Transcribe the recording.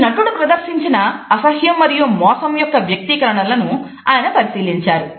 ఈ నటుడు ప్రదర్శించిన అసహ్యం మరియు మోసం యొక్క వ్యక్తీకరణలను ఆయన పరిశీలించారు